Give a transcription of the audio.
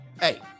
Hey